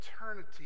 eternity